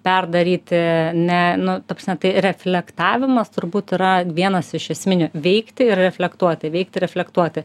perdaryti ne nu ta prasme tai reflektavimas turbūt yra vienas iš esminių veikti ir reflektuoti veikti reflektuoti